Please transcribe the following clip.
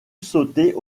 sauter